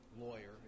Lawyer